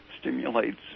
stimulates